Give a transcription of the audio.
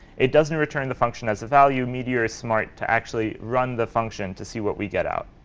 it doesn't return the function as a value. meteor is smart to actually run the function to see what we get out.